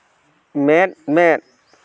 ᱢᱮᱫ ᱢᱮᱫ